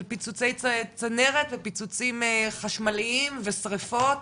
של פיצוצי צנרת ופיצוצים חשמליים ושריפות